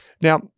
Now